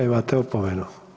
Imate opomeni.